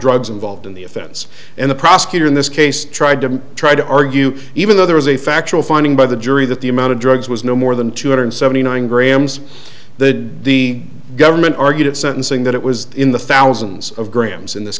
drugs involved in the offense and the prosecutor in this case tried to try to argue even though there was a factual finding by the jury that the amount of drugs was no more than two hundred seventy nine grams the the government argued at sentencing that it was in the thousands of grams in this